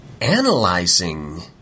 analyzing